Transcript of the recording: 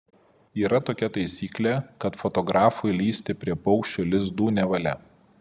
yra tokia taisyklė kad fotografui lįsti prie paukščių lizdų nevalia